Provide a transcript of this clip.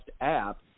app